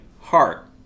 heart